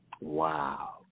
Wow